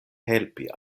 helpi